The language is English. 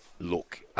Look